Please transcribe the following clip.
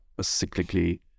cyclically